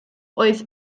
oedd